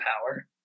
power